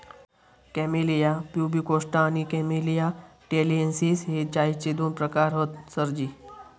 camellia pubicosta आणि Camellia taliensis हे चायचे दोन प्रकार हत सरजी